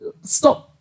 Stop